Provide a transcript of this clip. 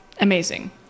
amazing